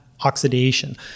oxidation